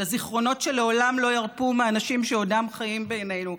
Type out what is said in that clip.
לזיכרונות שלעולם לא ירפו מהאנשים שעודם חיים ביננו,